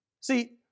See